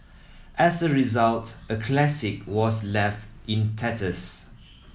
as a result a classic was left in tatters